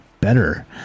better